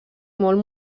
molt